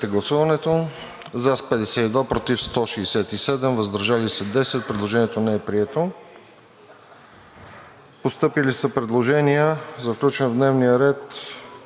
представители: за 52, против 167, въздържали се 10. Предложението не е прието. Постъпили са предложения за включване в дневния ред